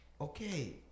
Okay